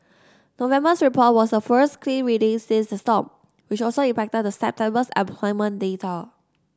November's report was the first clean reading since the storm which also impacted the September's employment data